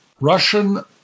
Russian